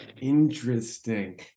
Interesting